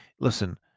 Listen